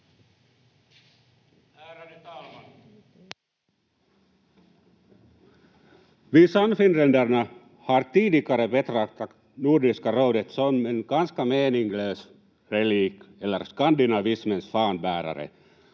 Vi sannfinländare har tidigare betraktat Nordiska rådet som en ganska meningslös relik eller skandinavismens fanbärare.